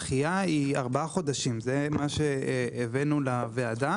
הדחייה היא ארבעה חודשים, זה מה שהבאנו לוועדה.